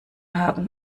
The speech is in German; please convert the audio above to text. haben